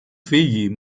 φύγει